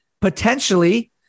potentially